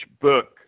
book